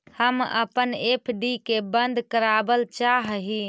हम अपन एफ.डी के बंद करावल चाह ही